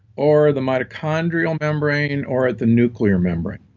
or the mitochondrial membrane, or the nuclear membrane.